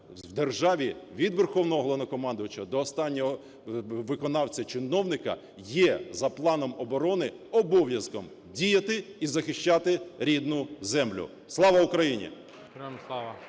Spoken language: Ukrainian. в державі від Верховного Головнокомандувача до останнього виконавця-чиновника є за планом оборони обов'язком діяти і захищати рідну землю. Слава Україні!